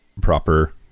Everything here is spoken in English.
proper